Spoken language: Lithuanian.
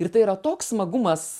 ir tai yra toks smagumas